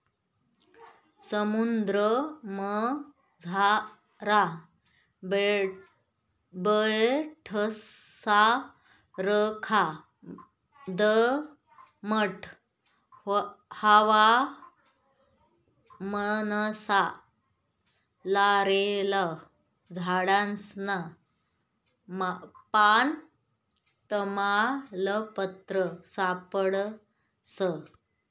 समुद्रमझार बेटससारखा दमट हवामानमा लॉरेल झाडसनं पान, तमालपत्र सापडस